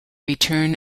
return